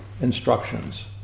instructions